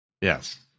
Yes